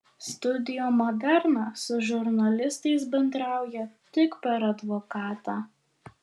studio moderna su žurnalistais bendrauja tik per advokatą